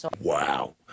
Wow